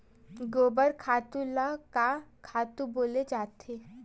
गोबर खातु ल का खातु बोले जाथे?